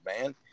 man